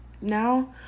Now